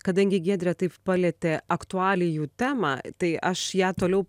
kadangi giedrė taip palietė aktualijų temą tai aš ją toliau